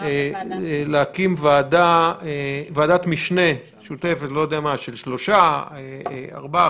להקים ועדת משנה משותפת של שלושה-ארבעה